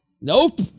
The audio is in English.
Nope